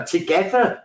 Together